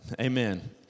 Amen